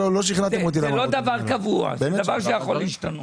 זה לא דבר קבוע, זה דבר שיכול להשתנות.